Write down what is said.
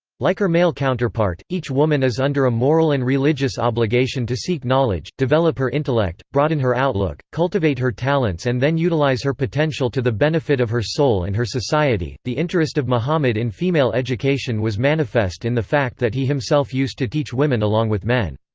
like her male counterpart, each woman is under a moral and religious obligation to seek knowledge, develop her intellect, broaden her outlook, cultivate her talents and then utilise her potential to the benefit of her soul and her society the interest of muhammad in female education was manifest in the fact that he himself used to teach women along with men.